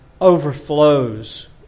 overflows